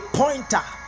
pointer